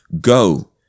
go